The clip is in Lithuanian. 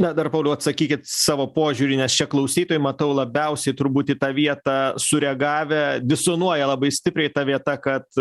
na dar pauliau atsakykit savo požiūrį nes čia klausytojai matau labiausiai turbūt į tą vietą sureagavę disonuoja labai stipriai ta vieta kad